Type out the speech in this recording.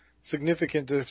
significant